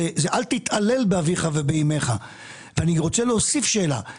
זה עניין של אל תתעלל באביך ובאימך.